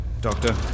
Doctor